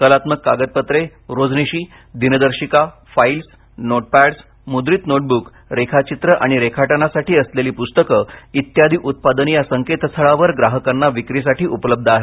कलात्मक कागदपत्रे रोजनिशी दिनदर्शिका फाइल्स नोटपॅडसु मुद्रित नोटब्क रेखाचित्र आणि रेखाटनासाठी असलेली पुस्तके इत्यादी उत्पादने या संकेतस्थळावर ग्राहकांना विक्रीसाठी उपलब्ध आहेत